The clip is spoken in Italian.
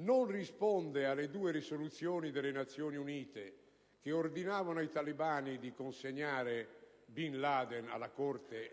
non si risponde alle due risoluzioni delle Nazioni Unite che ordinavano ai talebani di consegnare Bin Laden alla Corte